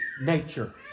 nature